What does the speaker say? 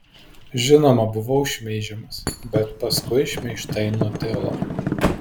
žinoma buvau šmeižiamas bet paskui šmeižtai nutilo